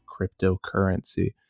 cryptocurrency